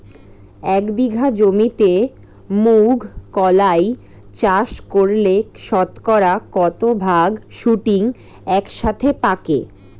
এক বিঘা জমিতে মুঘ কলাই চাষ করলে শতকরা কত ভাগ শুটিং একসাথে পাকে?